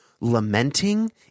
lamenting